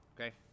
Okay